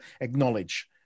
acknowledge